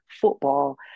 football